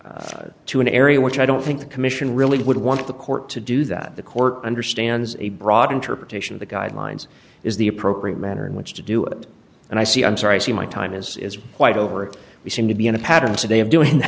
scope to an area which i don't think the commission really would want the court to do that the court understands a broad interpretation of the guidelines is the appropriate manner in which to do it and i see i'm sorry i see my time is quite over we seem to be in a pattern today of doing what